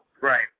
Right